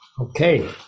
Okay